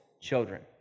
children